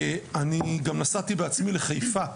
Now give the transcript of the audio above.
ואני גם נסעתי בעצמי לחיפה,